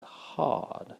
hard